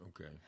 Okay